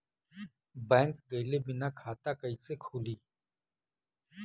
Bank गइले बिना खाता कईसे खुली?